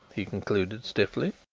he concluded stiffly.